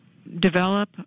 develop